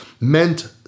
meant